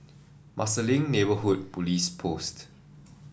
Marsiling Neighbourhood Police Post